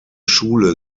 schule